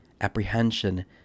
apprehension